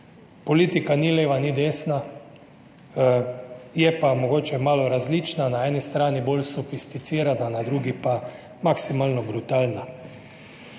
Politika ni leva, ni desna, je pa mogoče malo različna, na eni strani bolj sofisticirana, na drugi pa maksimalno brutalna.